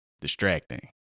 Distracting